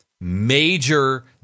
major